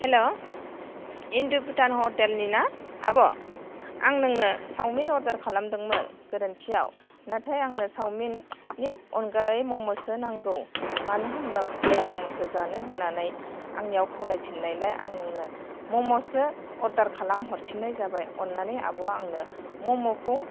हेल' Indo Bhutan ह'टेलनि ना आब' आं नोंनो चावमिन अर्दार खालामदोंमोन गोरोन्थियाव नाथाय आंनो सावमिननि अनगायै म'म'सो नांगौ मानो होनोबा खुदिया म'म'सो जानो होन्नानै आंनियाव खावलाय फिन्नायलाय आं नोंनो म'म'सो अर्दार खालाम हरफिन्नाय जाबाय अन्नानै आब' आंनो म'म'खौ